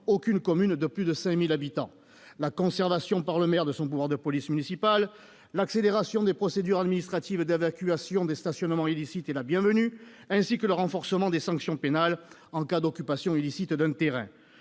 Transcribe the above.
aucune commune de plus de 5 000 habitants ; la conservation par le maire de son pouvoir de police municipale ; l'accélération des procédures administratives d'évacuation des stationnements illicites ; enfin, le renforcement des sanctions pénales en cas d'occupation illicite d'un terrain.